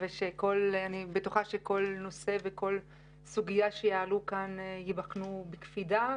אני בטוחה שכל נושא וכל סוגיה שיעלו כאן ייבחנו בקפידה.